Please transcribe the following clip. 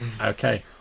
Okay